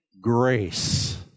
grace